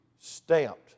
stamped